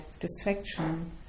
distraction